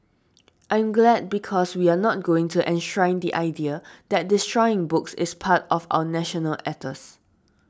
I'm glad because we're not going to enshrine the idea that destroying books is part of our national ethos